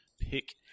pick